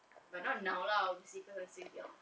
but not now lah obviously cause I'm still young